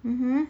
mmhmm